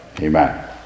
Amen